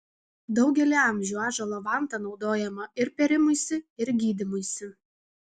daugelį amžių ąžuolo vanta naudojama ir pėrimuisi ir gydymuisi